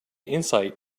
insight